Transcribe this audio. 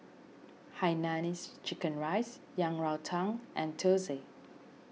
Hainanese Chicken Rice Yang Rou Tang and Thosai